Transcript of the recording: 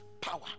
power